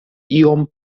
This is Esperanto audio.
iom